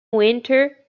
winter